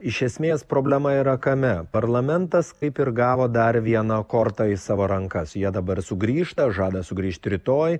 iš esmės problema yra kame parlamentas kaip ir gavo dar vieną kortą į savo rankas jie dabar sugrįžta žada sugrįžti rytoj